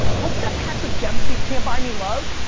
what's that patrick dempsey, can't buy me love.